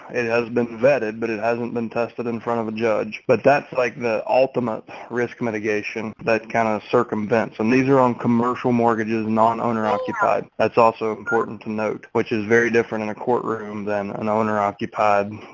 it has been vetted, but it hasn't been tested in front of a judge. but that's like the ultimate risk mitigation that kind of circumvents and these are on commercial mortgages non owner occupied, that's also important to note which is very different in a courtroom than an owner occupied,